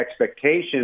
expectations